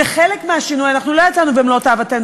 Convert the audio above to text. וחלק מהשינוי, לא יצאנו עם מלוא תאוותנו